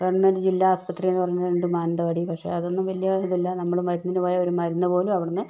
government ജില്ലാ ആശുപത്രി എന്ന് പറഞ്ഞ ഒരു ഇതുണ്ട് മാനന്തവാടിയിൽ പക്ഷേ അതൊന്നും വലിയ ഇതില്ല നമ്മള് മരുന്നിനു പോയാൽ ഒരു മരുന്ന് പോലും അവിടെ നിന്ന്